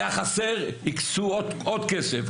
היה חסר הקצו עוד כסף,